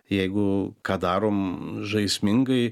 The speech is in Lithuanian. jeigu ką darom žaismingai